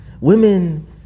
women